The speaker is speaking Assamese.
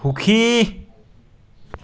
সুখী